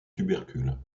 tubercules